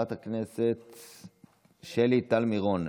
חברת שלי טל מירון,